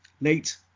late